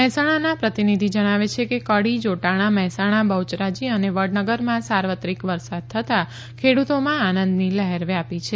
મહેસાણાના પ્રતિનિધિ જણાવે છે કે કડી જોટાણા મહેસાણા બહુચરાજી અને વડનગરમાં સાર્વત્રિક વરસાદ થતા ખેડૂતોમાં આનંદની લહેર વ્યાપી છે